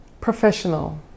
professional